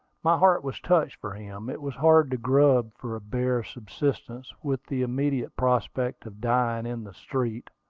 my heart was touched for him. it was hard to grub for a bare subsistence, with the immediate prospect of dying in the street.